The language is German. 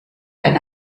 eine